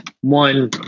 one